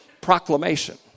Proclamation